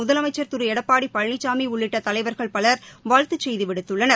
முதலமைச்சா் திரு எடப்பாடி பழனிசாமி உள்ளிட்ட தலைவர்கள் பவர் வாழ்த்துச் செய்தி விடுத்துள்ளனர்